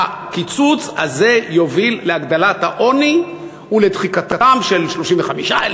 הקיצוץ הזה יוביל להגדלת העוני ולדחיקתם של 35,000,